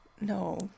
no